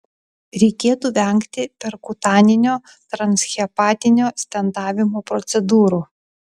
reikėtų vengti perkutaninio transhepatinio stentavimo procedūrų